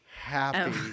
happy